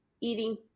eating